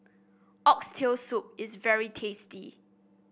Oxtail Soup is very tasty